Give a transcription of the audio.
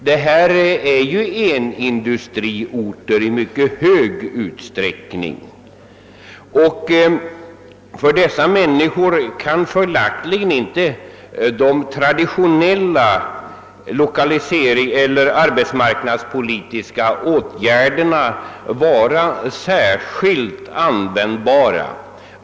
Det är ju här fråga om enindustriorter i mycket hög grad och för dessa människor kan följaktligen inte de traditionella arbetsmarknadspolitiska åtgärderna vara särskilt användbara.